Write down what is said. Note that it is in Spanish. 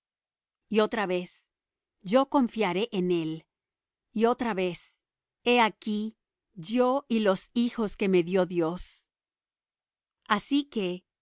y otra vez yo confiaré en él y otra vez he aquí yo y los hijos que me dió dios así que